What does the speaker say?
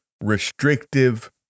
restrictive